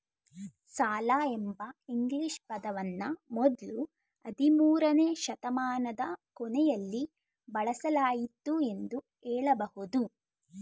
ಸಾಲ ಎಂಬ ಇಂಗ್ಲಿಷ್ ಪದವನ್ನ ಮೊದ್ಲು ಹದಿಮೂರುನೇ ಶತಮಾನದ ಕೊನೆಯಲ್ಲಿ ಬಳಸಲಾಯಿತು ಎಂದು ಹೇಳಬಹುದು